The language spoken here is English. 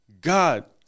God